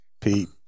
Pete